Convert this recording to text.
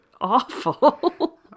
awful